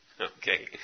okay